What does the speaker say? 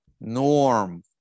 norm